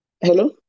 Hello